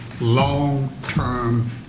long-term